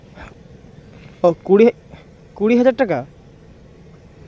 ᱠᱩᱲᱤ ᱠᱩᱲᱤ ᱦᱟᱡᱟᱨ ᱴᱟᱠᱟ